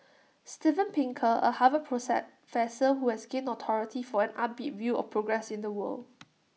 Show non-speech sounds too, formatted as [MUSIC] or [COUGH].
Steven Pinker A Harvard [UNINTELLIGIBLE] who has gained notoriety for an upbeat view of progress in the world